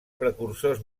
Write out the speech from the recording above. precursors